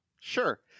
Sure